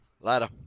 Later